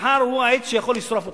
מחר הוא העץ שיכול לשרוף אותך.